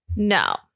No